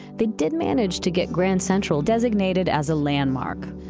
they did manage to get grand central designated as a landmark.